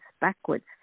backwards